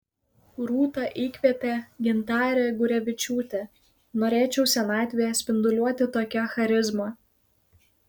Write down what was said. rūta įkvėpė gintarę gurevičiūtę norėčiau senatvėje spinduliuoti tokia charizma